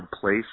place